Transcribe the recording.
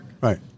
Right